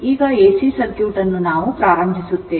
ಈಗ AC circuit ಅನ್ನು ನಾವು ಪ್ರಾರಂಭಿಸುತ್ತೇವೆ